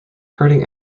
herding